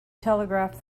telegraph